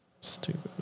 Stupid